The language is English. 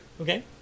Okay